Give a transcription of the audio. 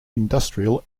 industrial